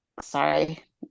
sorry